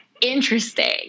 interesting